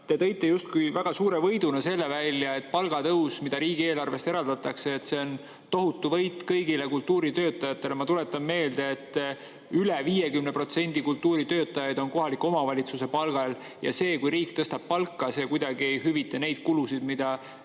te tõite justkui väga suure võiduna selle välja, et palgatõus, mida riigieelarvest eraldatakse, on tohutu võit kõigile kultuuritöötajatele. Ma tuletan meelde, et üle 50% kultuuritöötajaid on kohaliku omavalitsuse palgal ja see, kui riik tõstab palka, ei hüvita kuidagi neid kulusid, mida